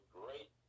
great